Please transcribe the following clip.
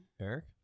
Eric